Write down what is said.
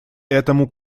этому